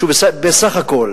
שהוא בסך הכול